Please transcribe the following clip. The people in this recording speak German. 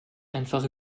einfach